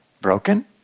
broken